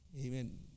Amen